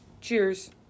Cheers